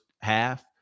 half